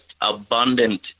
abundant